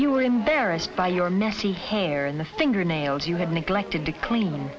you were embarrassed by your messy hair in the fingernails you had neglected to clean